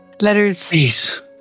Letters